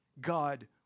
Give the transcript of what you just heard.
God